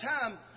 time